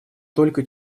только